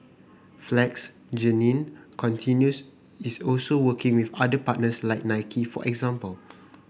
flex Jeannine continues is also working with other partners like Nike for example